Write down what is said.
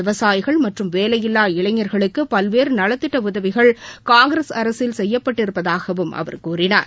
விவசாயிகள் மற்றும் வேளையில்லா இளைஞர்களுக்குபல்வேறுநலத்திட்டஉதவிகள் காங்கிரஸ் அரசில் செய்யப்பட்டிருப்பதாகவும் அவர் கூறினார்